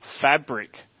fabric